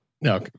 No